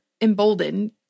Emboldened